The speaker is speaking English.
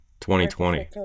2020